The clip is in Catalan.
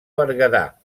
berguedà